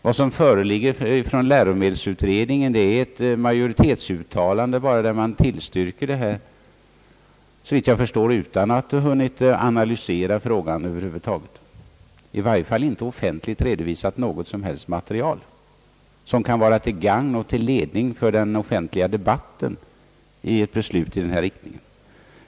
Vad som föreligger från läromedelsutredningen är bara ett majoritetsuttalande där man tillstyrker den här ordningen utan, såvitt jag förstår, att ha hunnit analysera frågan över huvud taget, i varje fall utan att redovisa något som helst material som kan vara till gagn och ledning i den offentliga debatten för ett beslut i denna riktning.